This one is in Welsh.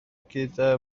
gyda